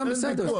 פרח מוגן בסדר.